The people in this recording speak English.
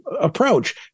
approach